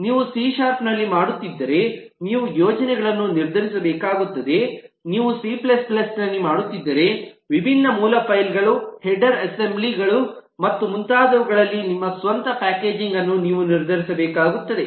ನೀವು C sharp ನಲ್ಲಿ ಮಾಡುತ್ತಿದ್ದರೆ ನೀವು ಯೋಜನೆಗಳನ್ನು ನಿರ್ಧರಿಸಬೇಕಾಗುತ್ತದೆ ನೀವು ಸಿ Cನಲ್ಲಿ ಮಾಡುತ್ತಿದ್ದರೆ ವಿಭಿನ್ನ ಮೂಲ ಫೈಲ್ ಗಳು ಹೆಡರ್ ಅಸೆಂಬ್ಲಿ ಗಳು ಮತ್ತು ಮುಂತಾದವುಗಳಲ್ಲಿ ನಿಮ್ಮ ಸ್ವಂತ ಪ್ಯಾಕೇಜಿಂಗ್ ಅನ್ನು ನೀವು ನಿರ್ಧರಿಸಬೇಕಾಗುತ್ತದೆ